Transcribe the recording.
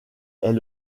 est